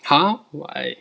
!huh! why